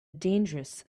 dangerous